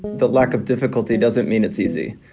the lack of difficulty doesn't mean it's easy.